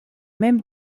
même